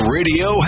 Radio